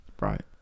Right